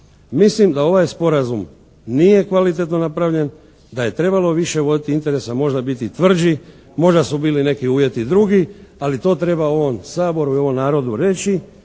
Mislim da ovaj sporazum nije kvalitetno napravljen, da je trebalo više voditi interesa, možda biti tvrđi, možda su bili neki uvjeti drugi, ali to treba ovom Saboru i ovom narodu reći